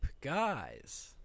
guys